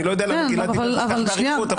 אני לא יודע למה גלעד דיבר כל כך באריכות.